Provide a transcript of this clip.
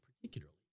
particularly